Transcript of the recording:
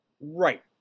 Right